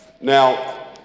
Now